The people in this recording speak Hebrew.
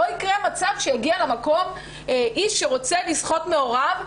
לא יקרה מצב שיגיע למקום איש שרוצה לשחות מעורב,